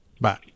Bye